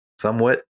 somewhat